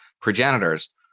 progenitors